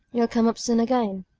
you'll come up soon again.